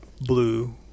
blue